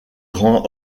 grand